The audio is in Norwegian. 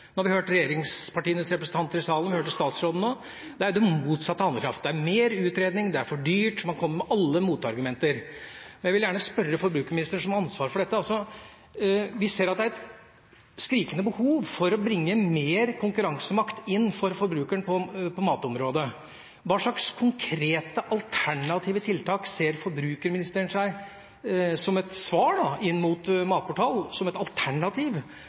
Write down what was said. vi hørt regjeringspartienes representanter i salen, og vi hørte statsråden nå: Det er det motsatte av handlekraft. Det er mer utredning, det er for dyrt – man kommer med alle motargumenter. Jeg vil gjerne spørre forbrukerministeren, som har ansvaret for dette: Når vi ser at det er et skrikende behov for å bringe mer konkurransemakt inn til forbrukeren på matområdet, hva slags konkrete alternative tiltak ser forbrukerministeren for seg som et svar inn mot en matportal som et alternativ